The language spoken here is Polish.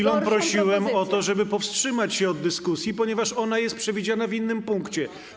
Przed chwilą prosiłem o to, żeby powstrzymać się od dyskusji, ponieważ ona jest przewidziana w innym punkcie.